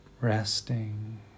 resting